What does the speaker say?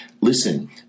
listen